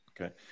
Okay